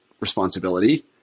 responsibility